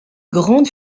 grande